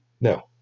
No